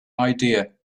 idea